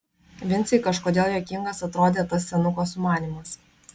vincei kažkodėl juokingas atrodė tas senuko sumanymas